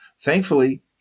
Thankfully